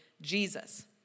Jesus